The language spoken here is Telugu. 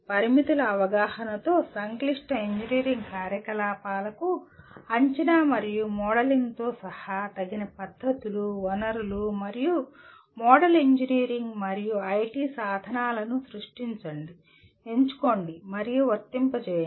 పరిమితుల అవగాహనతో సంక్లిష్ట ఇంజనీరింగ్ కార్యకలాపాలకు అంచనా మరియు మోడలింగ్తో సహా తగిన పద్ధతులు వనరులు మరియు మోడల్ ఇంజనీరింగ్ మరియు ఐటి సాధనాలను సృష్టించండి ఎంచుకోండి మరియు వర్తింపజేయండి